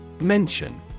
Mention